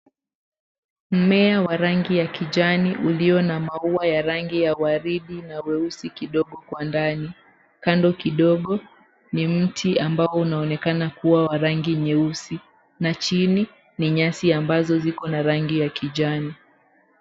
Mmea wa rangi ya kijani ulio na maua ya rangi ya waridi na weusi kidogo kwa ndani. Kando kidogo ni mti ambao unaonekana kuwa wa rangi nyeusi na chini ni nyasi ambazo ziko na rangi ya kijani.